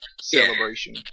celebration